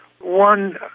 one